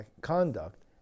Conduct